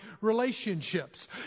relationships